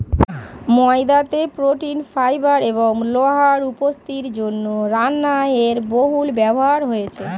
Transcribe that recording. ময়দাতে protein, fibre এবং লোহার উপস্থিতির জন্য রান্নায় এর বহুল ব্যবহার রয়েছে